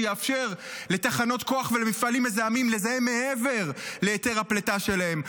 שתאפשר לתחנות כוח ולמפעלים מזהמים לזהם מעבר להיתר הפליטה שלהם,